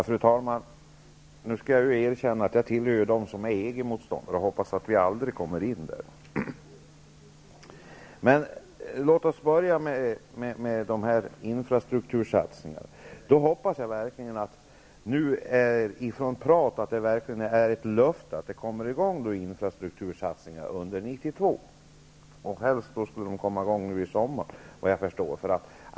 Fru talman! Jag skall erkänna att jag tillhör dem som är EG-motståndare och hoppas att vi aldrig kommer in där. Låt oss börja med infrastruktursatsningarna. Jag hoppas verkligen att det är ett löfte att infrastruktursatsningar kommer i gång under 1992. Helst skulle de komma i gång nu i sommar.